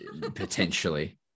potentially